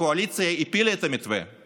רבה לך, אדוני.